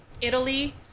Italy